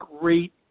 great